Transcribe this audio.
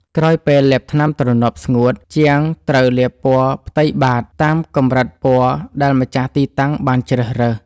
ក្រោយពេលថ្នាំទ្រនាប់ស្ងួត ជាងត្រូវលាបពណ៌ផ្ទៃបាត តាមកម្រិតពណ៌ដែលម្ចាស់ទីតាំងបានជ្រើសរើស។